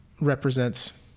represents